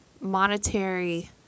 monetary